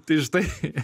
tai štai